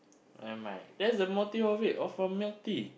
nevermind that's the motive of it of your milk tea